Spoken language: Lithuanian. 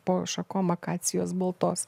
po šakom akacijos baltos